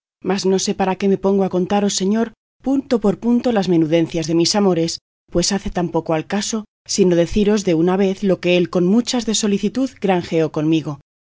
mas no sé para qué me pongo a contaros señor punto por punto las menudencias de mis amores pues hacen tan poco al caso sino deciros de una vez lo que él con muchas de solicitud granjeó conmigo